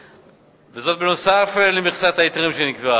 וזאת נוסף על מכסת ההיתרים שנקבעה.